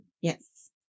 yes